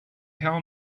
how